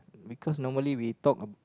because normally we talk a